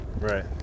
Right